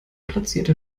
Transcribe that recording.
platzierte